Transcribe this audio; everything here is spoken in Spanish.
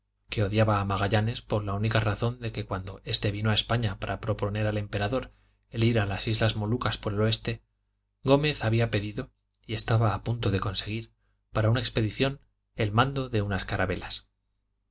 que odiaba a magallanes por la única razón de que cuando éste vino a españa para proponer al emperador el ir a las islas molucas por el oeste gómez había pedido y estaba a punto de conseguir para una expedición el mando de unas carabelas